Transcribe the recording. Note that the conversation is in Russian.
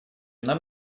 нам